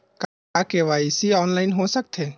का KYC online हो सकथे?